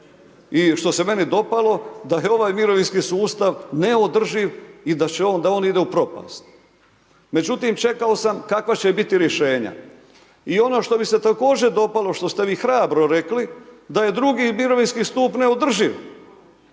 i što se meni dopalo, da je ovaj mirovinski sustav neodrživ i da on ide u propast. Međutim čekao sam kakva će biti rješenja i ono što mi se također dopalo što ste vi hrabro rekli da je drugi mirovinski stup neodrživ,